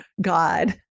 God